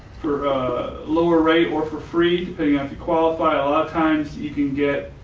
for a lower rate or for free to pay, you have to qualify a lot of times you can get